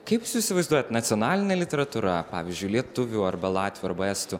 kaip jūs įsivaizduojat nacionalinė literatūra pavyzdžiui lietuvių arba latvių arba estų